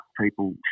people